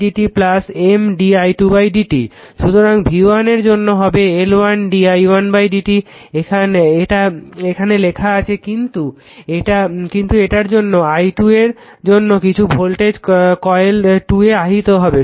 সুতরাং v1 এর জন্য হবে L1 d i1 dt এটা এখানে লেখা আছে তখন কিন্তু এটার জন্য i 2 এর জন্য কিছু ভোল্টেজ কয়েল 2 এ আহিত হবে